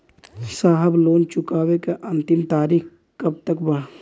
साहब लोन चुकावे क अंतिम तारीख कब तक बा?